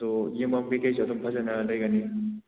ꯑꯗꯨ ꯌꯨꯝ ꯃꯈꯩꯁꯨ ꯑꯗꯨꯝ ꯐꯖꯅ ꯂꯩꯒꯅꯤ